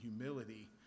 humility